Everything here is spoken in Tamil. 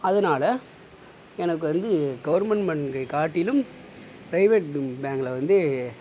அதனால் எனக்கு வந்து கவுர்மெண்ட் காட்டிலும் பிரைவேட் பேங்க்கில் வந்து